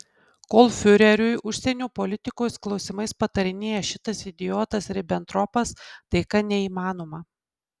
kol fiureriui užsienio politikos klausimais patarinėja šitas idiotas ribentropas taika neįmanoma